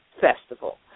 Festival